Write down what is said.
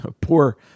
Poor